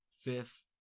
fifth